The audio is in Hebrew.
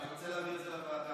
אני רוצה להעביר את זה לוועדה.